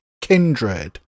Kindred